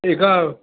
एका